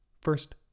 First